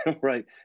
Right